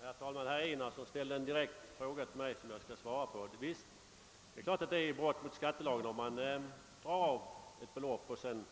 Herr talman! Herr Enarsson ställde en direkt fråga till mig som jag skall svara på. Ja, visst är det ett klart brott mot skattelagen att dra av ett belopp, som man